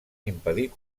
impedir